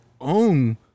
own